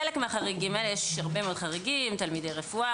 חלק מהחריגים האלה יש הרבה מאוד חריגים תלמידי רפואה,